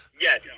yes